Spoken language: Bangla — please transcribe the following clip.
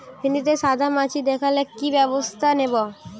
ভিন্ডিতে সাদা মাছি দেখালে কি ব্যবস্থা নেবো?